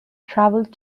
traveled